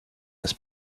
his